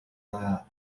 даа